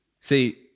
See